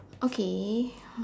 okay